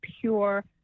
pure